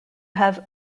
have